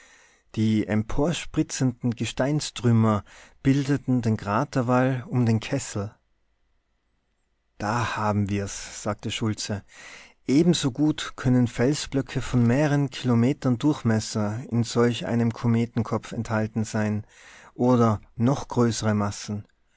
die emporspritzenden gesteinstrümmer bildeten den kraterwall um den kessel da haben wir's sagte schultze ebensogut können felsblöcke von mehreren kilometern durchmesser in solch einem kometenkopf enthalten sein oder noch größere massen